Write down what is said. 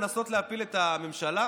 לנסות להפיל את הממשלה?